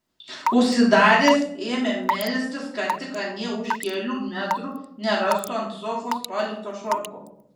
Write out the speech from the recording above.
užsidaręs ėmė melstis kad tik anie už kelių metrų nerastų ant sofos palikto švarko